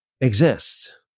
exist